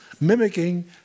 mimicking